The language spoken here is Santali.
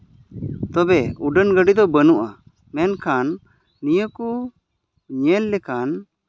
ᱛᱚᱵᱮ ᱩᱰᱟᱹᱱ ᱜᱟᱹᱰᱤ ᱫᱚ ᱵᱟᱹᱱᱩᱜᱼᱟ ᱢᱮᱱᱠᱷᱟᱱ ᱱᱤᱭᱟᱹ ᱠᱚ ᱧᱮᱞ ᱞᱮᱠᱟᱱ